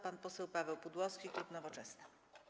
Pan poseł Paweł Pudłowski, klub Nowoczesna.